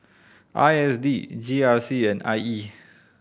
I S D G R C and I E